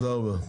תודה רבה.